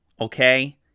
Okay